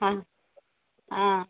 अच्छा हँ